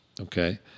Okay